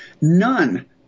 none